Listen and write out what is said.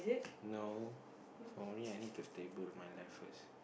no for me I need to stable my life first